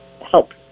help